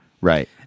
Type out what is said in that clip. Right